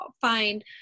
find